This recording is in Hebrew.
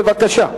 בבקשה.